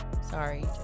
Sorry